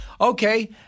Okay